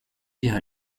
dire